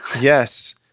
Yes